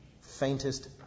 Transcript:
faintest